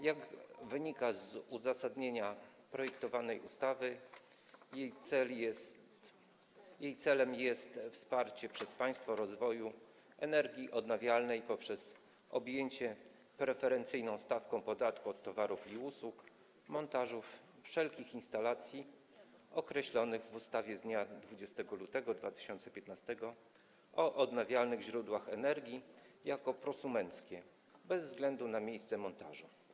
Jak wynika z uzasadnienia projektowanej ustawy, jej celem jest wsparcie przez państwo rozwoju energii odnawialnej poprzez objęcie preferencyjną stawką podatku od towarów i usług montażu wszelkich instalacji określonych w ustawie z dnia 20 lutego 2015 r. o odnawialnych źródłach energii jako prosumenckie, bez względu na miejsce montażu.